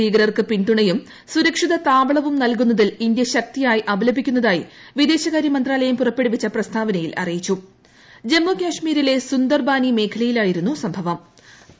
ഭീകരർക്ക് പിൻതുണയും സുരക്ഷിത താവളവും നൽകുന്നതിൽ ഇന്തൃ ശക്തിയായി അപലപിക്കുന്നതായി വിദേശകാരൃ മന്ത്രാലയം പുറപ്പെടുവിച്ച പ്രസ്താവനയിൽ അറിയിച്ചു് ജമ്മു കാശ്മീരിലെ സുന്ദർ ബാനി മേഖയിലായിരുന്നു സ്ക്ട്രിവും